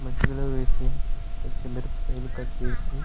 మజ్జిగలో వేసి పచ్చిమిరపకాయలు కట్ చేసి